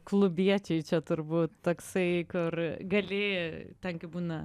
klubiečiai čia turbūt taksai kur gali ten kai būna